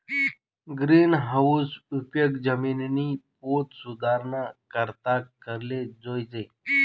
गिरीनहाऊसना उपेग जिमिननी पोत सुधाराना करता कराले जोयजे